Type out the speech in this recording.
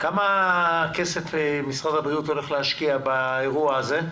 כמה כסף משרד הבריאות הולך להשקיע באירוע הזה?